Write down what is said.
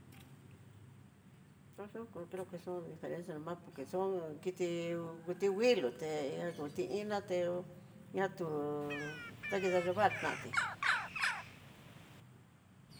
Eso yo creo que son diferenciá no más por que son, kiti kiti nguilo té iná kuti iin nateó, na hú nakina yiva'a natí.